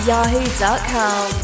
Yahoo.com